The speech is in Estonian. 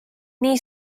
nii